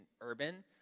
urban